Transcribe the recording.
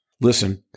listen